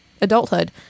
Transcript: adulthood